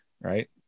Right